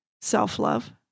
self-love